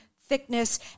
thickness